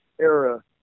era